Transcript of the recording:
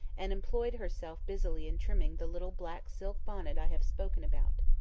and employed herself busily in trimming the little black silk bonnet i have spoken about.